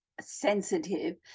sensitive